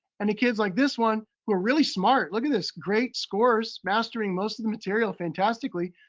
and the kids like this one who are really smart. look at this, great scores. mastering most of the material fantastically.